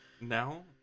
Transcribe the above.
now